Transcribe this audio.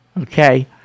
Okay